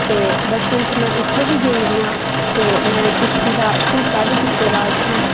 ते बचपन च में उत्थें बी गेदी आं ते में किश्ती दा झूटा बी कीते दा उत्थें